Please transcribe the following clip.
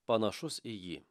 panašus į jį